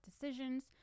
decisions